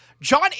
John